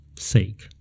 sake